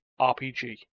RPG